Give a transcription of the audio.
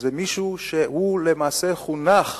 זה מישהו שלמעשה חונך